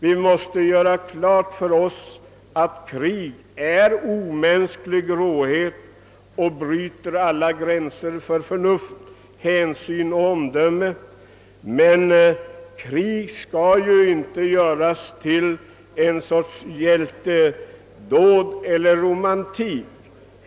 Vi måste göra klart för oss att krig är omänsklig råhet och bryter alla gränser för förnuft, hänsyn och omdöme. Men krig skall inte göras till uttryck för någon sorts hjältedåd eller romantik.